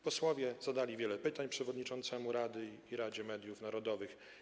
Posłowie zadali wiele pytań przewodniczącemu rady i Radzie Mediów Narodowych.